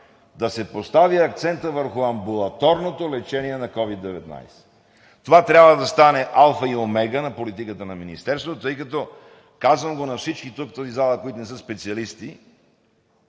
да се поставя акцентът върху амбулаторното лечение на COVID-19. Това трябва да стане алфа и омега на политиката на Министерството, тъй като, казвам го на всички тук в тази зала, които не са специалисти,